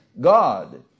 God